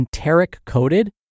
enteric-coated